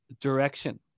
direction